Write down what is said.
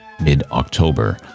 mid-October